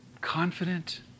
confident